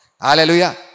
Hallelujah